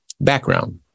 background